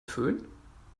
fön